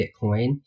Bitcoin